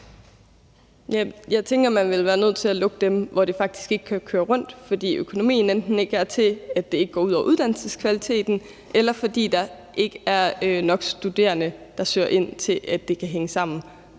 Jeg tænker, man ville være nødt til at lukke dem, hvor det faktisk ikke kan køre rundt, fordi økonomien enten ikke er til, at det ikke går ud over uddannelseskvaliteten, eller fordi der ikke er nok studerende, der søger ind, til at det kan hænge sammen.